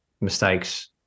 mistakes